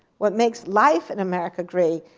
what makes life in america great,